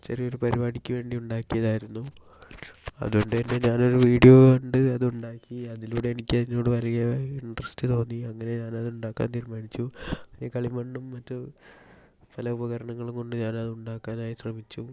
ചെറിയ ഒരു പരുപാടിക്ക് വേണ്ടി ഉണ്ടാക്കിയത് ആയിരുന്നു അതു കൊണ്ട് തന്നെ ഞാൻ ഒരു വീഡിയോ കണ്ടു അത് ഉണ്ടാക്കി അതിലൂടെ എനിക്ക് അതിനോട് വലിയ ഇൻട്രസ്റ്റ് തോന്നി അങ്ങനെ ഞാൻ അത് ഉണ്ടാക്കാൻ തീരുമാനിച്ചു അങ്ങനെ കളിമണ്ണും മറ്റു പല ഉപകരണങ്ങളും കൊണ്ട് ഞാൻ അത് ഉണ്ടാക്കാനായി ശ്രമിച്ചു